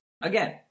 Again